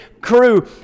crew